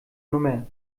nummer